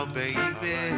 baby